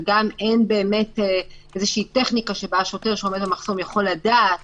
וגם אין באמת איזושהי טכניקה שבה השוטר שעומד במחסום יכול לדעת